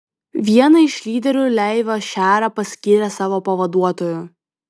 vieną iš lyderių leivą šerą paskyrė savo pavaduotoju